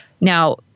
Now